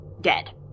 dead